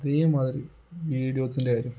അതേമാതിരി വീഡിയോസിൻ്റെ കാര്യം